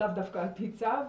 לאו דווקא על פי צו,